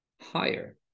higher